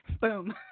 boom